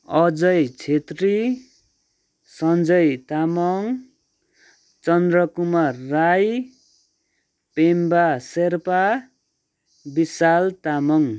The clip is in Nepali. अजय छेत्री सञ्जय तामाङ चन्द्रकुमार राई पेम्बा शेर्पा विशाल तामाङ